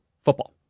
football